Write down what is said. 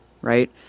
Right